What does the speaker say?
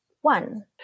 one